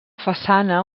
façana